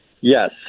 Yes